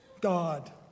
God